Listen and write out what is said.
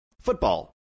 Football